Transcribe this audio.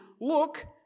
look